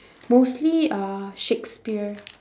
mostly uh shakespeare